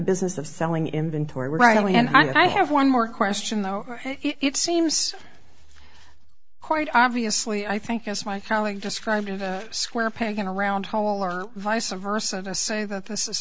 business of selling inventory right away and i have one more question though it seems quite obviously i think as my colleague described a square peg in a round hole or vice a versa i say that this is